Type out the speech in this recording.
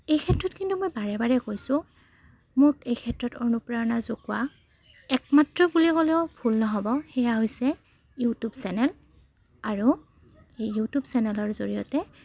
এই ক্ষেত্ৰত কিন্তু মই বাৰে বাৰে কৈছোঁ মোক এই ক্ষেত্ৰত অনুপ্ৰেৰণা জগোৱা একমাত্ৰ বুলি ক'লেও ভুল নহ'ব সেয়া হৈছে ইউটিউব চেনেল আৰু এই ইউটিউব চেনেলৰ জৰিয়তে